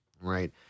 right